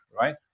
right